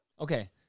Okay